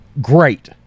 great